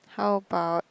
how about